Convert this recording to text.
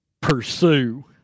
pursue